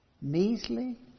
Measly